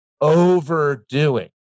overdoing